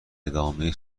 ادامه